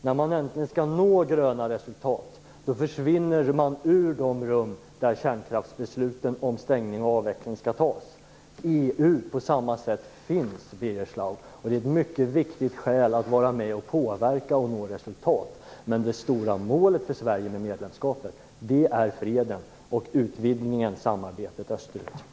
När man äntligen skall nå gröna resultat försvinner man ur de rum där besluten om avstängning och avveckling av kärnkraft skall tas. EU finns, Birger Schlaug, och det är mycket viktigt att vara med och påverka för att nå resultat. Men det stora målet för Sverige med medlemskapet är freden, samarbetet och utvidgningen österut.